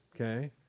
Okay